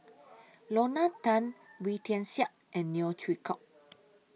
Lorna Tan Wee Tian Siak and Neo Chwee Kok